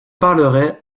parlerai